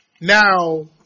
Now